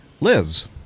Liz